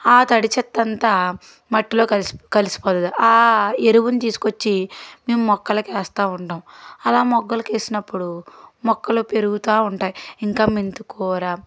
ఆ తడి చెత్త అంతా మట్టిలో కలిసి కలిసిపోతుంది ఆ ఎరువును తీసుకొచ్చి మేము మొక్కలకి వేస్తూ ఉంటాము అలా మొక్కలకి వేసినప్పుడు మొక్కలు పెరుగుతూ ఉంటాయి ఇంకా మెంతికూర